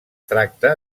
tracta